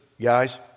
guys